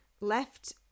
left